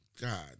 God